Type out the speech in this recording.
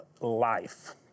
life